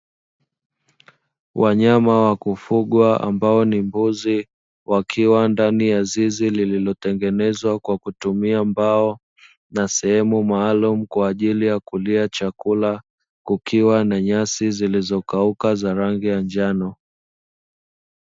Wanyama wa kufugwa ambao ni mbuzi wakiwa ndani ya zizi lililotengenezwa kwa kutumia mbao na sehemu maalumu kwa ajili ya kulia chakula kukiwa na nyasi zilizokauka za rangi ya njano.